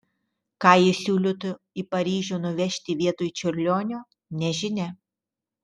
ką ji siūlytų į paryžių nuvežti vietoj čiurlionio nežinia